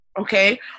Okay